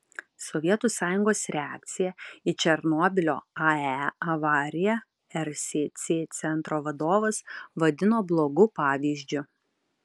sovietų sąjungos reakciją į černobylio ae avariją rsc centro vadovas vadino blogu pavyzdžiu